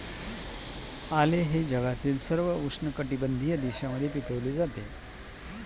आले हे जगातील सर्व उष्णकटिबंधीय देशांमध्ये पिकवले जाते